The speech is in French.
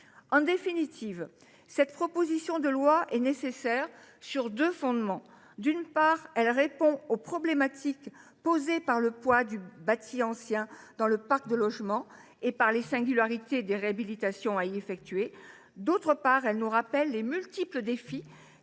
En définitive, cette proposition de loi nécessaire repose sur deux fondements. D’une part, elle répond aux problématiques posées par le poids du bâti ancien dans le parc de logements et par les singularités des réhabilitations à y effectuer ; d’autre part, elle nous rappelle les multiples défis